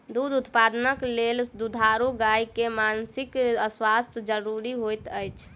दूध उत्पादनक लेल दुधारू गाय के मानसिक स्वास्थ्य ज़रूरी होइत अछि